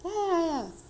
ya ya ya ya